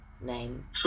name